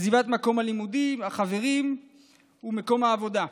עזיבת מקום הלימודים, החברים ומקום העבודה.